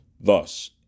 Thus